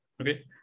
Okay